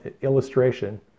illustration